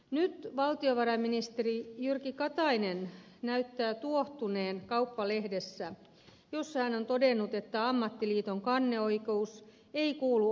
nyt valtionvarainministeri jyrki katainen näyttää tuohtuneen kauppalehdessä jossa hän on todennut että ammattiliiton kanneoikeus ei kuulu oikeusvaltioon